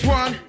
one